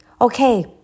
Okay